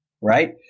right